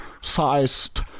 sized